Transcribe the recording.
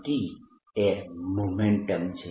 t એ momentum છે